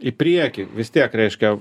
į priekį vis tiek reiškia